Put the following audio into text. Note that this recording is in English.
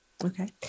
Okay